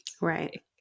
Right